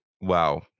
Wow